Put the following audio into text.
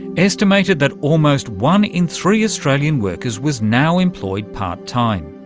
estimated that almost one in three australian workers was now employed part-time,